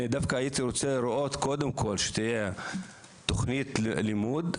דווקא הייתי רוצה לראות קודם כול שתהיה תוכנית לימוד,